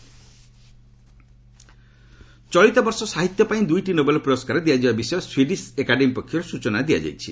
literature Nobel ଚଳିତ ବର୍ଷ ସାହିତ୍ୟ ପାଇଁ ଦୁଇଟି ନୋବେଲ ପୁରସ୍କାର ଦିଆଯିବା ବିଷୟ ସ୍ୱିଡିସ୍ ଏକାଡେମୀ ପକ୍ଷରୁ ସୂଚନା ଦିଆଯାଇଛି